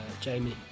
Jamie